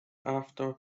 after